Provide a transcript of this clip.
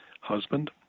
husband